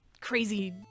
crazy